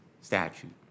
statute